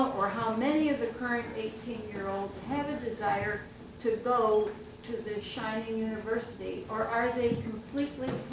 or how many of the current eighteen year olds, have a desire to go to this shiny university, or are they completely